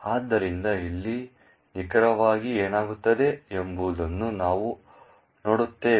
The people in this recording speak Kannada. ಆದ್ದರಿಂದ ಇಲ್ಲಿ ನಿಖರವಾಗಿ ಏನಾಗುತ್ತದೆ ಎಂಬುದನ್ನು ನಾವು ನೋಡುತ್ತೇವೆ